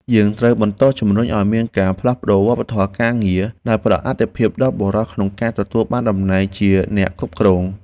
យើងត្រូវបន្តជំរុញឱ្យមានការផ្លាស់ប្តូរវប្បធម៌ការងារដែលផ្តល់អាទិភាពដល់បុរសក្នុងការទទួលបានតំណែងជាអ្នកគ្រប់គ្រង។